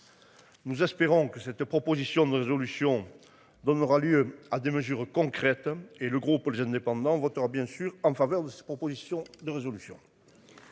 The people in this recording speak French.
Nous espérons que cette proposition de résolution. Donnera lieu à des mesures concrètes. Et le groupe les indépendants votera bien sûr en faveur de cette proposition de résolution.